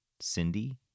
Cindy